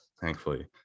thankfully